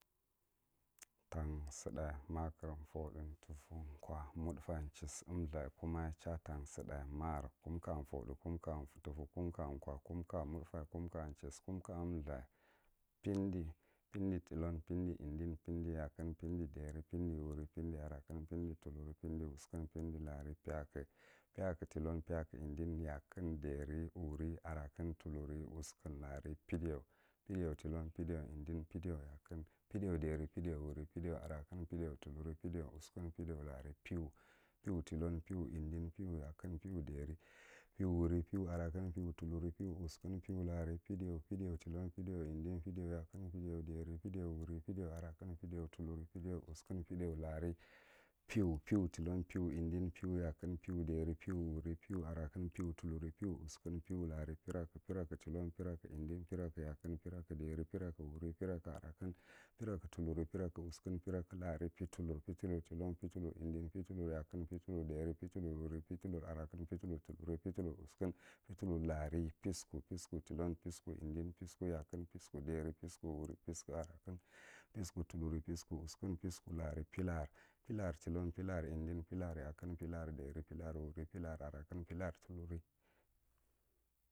Tan, sudda, makkr, farthu, tufu, khuwa, modfe, chysu, umthay, kumkafarthu, kumkachisu, kumkakhuva pendi, pendition, penyakkun, pendidiyeri, pendiwu pendictrakkun penditulurn” penthli wusikun, pendi lagari, peyakku peyakkun tilon, peyakkun indin, peyakkun yakun, peyakkun ɗiyari, peyakkun wuri peyakkun arakun, peyakkun tuluri, peyakkun wvsikun, peyakkun lagari, pediaw. Pedion tolon, pedion indin pedionyakkun, pe dion deyri, pedion wuri pedion arakkun, pedion lulur pedion wusikun, pedion lagari, pew. Pewtilon, pew wuri pewtrakun, pew tuluri, pew uskun, pewlagar, perakku perakkan tilon, perakkin diari, perakkm wuri, perakkin arakkua, perakkin lagari, petulur. Petulur tilon, petulur indin, peteyakkin, petulur diari, petuhuww petulur arakkun, petulur tuluri, petulur usikun, petulur lagari pesiku, pesikun yakkun, pesiku indin, pesikun wuri, pesikun arakkin, pesikuntuluri, pesikun usikun, pesikun lagari, pelagar, pelar tilon, perlar indin, pelar yakkin pelar diari, pelar wuri, pelar arakkin, pelar wuri, pelar arakkin, pelar tuluri,